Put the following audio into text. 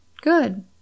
Good